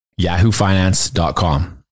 yahoofinance.com